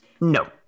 No